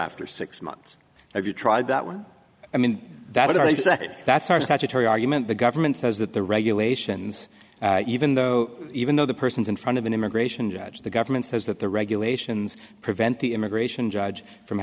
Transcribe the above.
after six months have you tried that one i mean that as i say that's our statutory argument the government says that the regulations even though even though the person's in front of an immigration judge the government says that the regulations prevent the immigration judge from